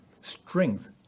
strength